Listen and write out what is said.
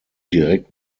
direkt